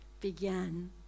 began